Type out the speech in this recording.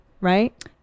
right